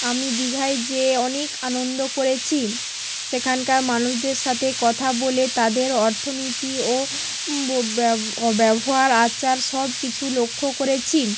আমি দীঘায় যেয়ে অনেক আনন্দ করেছি সেখানকার মানুষদের সাথে কথা বলে তাদের অর্থনীতি ও বো ব্যবহার আচার সব কিছু লক্ষ্য করেছি